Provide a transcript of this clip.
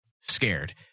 scared